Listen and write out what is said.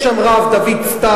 יש שם רב, דוד סתיו.